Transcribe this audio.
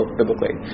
biblically